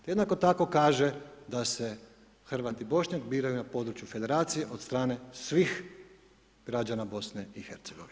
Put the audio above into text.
To jednako tako kaže da se Hrvat i Bošnjak biraju na području Federacije od strane svih građana BiH.